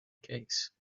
case